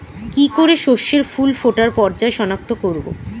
কি করে শস্যের ফুল ফোটার পর্যায় শনাক্ত করব?